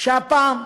שהפעם,